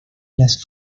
las